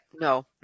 no